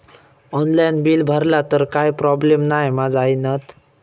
Online bill भरला तर काय प्रोब्लेम नाय मा जाईनत?